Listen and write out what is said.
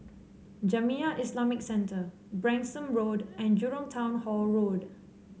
Jamiyah Islamic Centre Branksome Road and Jurong Town Hall Road